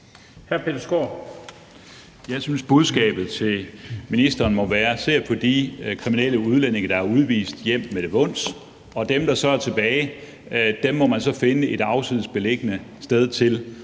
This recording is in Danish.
Jeg synes, at budskabet til ministeren må være: Se at få de kriminelle udlændinge, der er udvist, hjem med det vons, og dem, der så er tilbage, må man finde et afsides beliggende sted til.